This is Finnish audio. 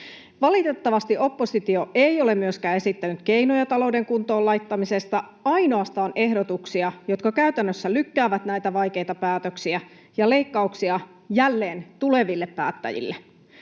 Valitettavasti oppositio ei ole myöskään esittänyt keinoja talouden kuntoon laittamisesta, ainoastaan ehdotuksia, jotka käytännössä lykkäävät näitä vaikeita päätöksiä ja leikkauksia jälleen tuleville päättäjille.